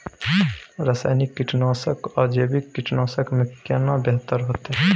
रसायनिक कीटनासक आ जैविक कीटनासक में केना बेहतर होतै?